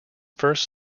first